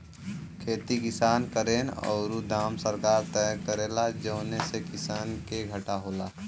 खेती किसान करेन औरु दाम सरकार तय करेला जौने से किसान के घाटा होला